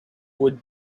would